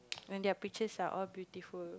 and their pictures are all beautiful